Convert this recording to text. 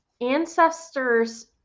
Ancestors